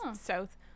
south